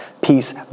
Peace